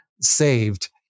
saved